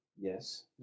Yes